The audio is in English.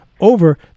over